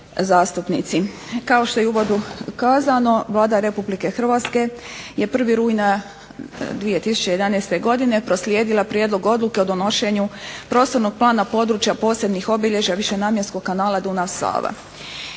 zastupnici. Kao što je u uvodu kazano Vlada RH je 1. rujna 2011. godine proslijedila Prijedlog odluke o donošenju prostornog plana područja posebnih obilježja višenamjenskog Kanala Dunav – Sava.